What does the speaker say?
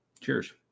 cheers